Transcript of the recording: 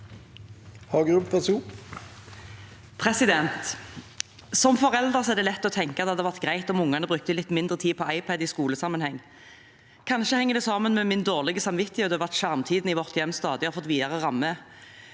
Hagerup (H) Som forelder er det lett å tenke at det hadde vært greit om ungene brukte litt mindre tid på iPad i skolesammenheng. Kanskje henger det sammen med min dårlige samvittighet over at skjermtiden i vårt hjem stadig har fått videre rammer.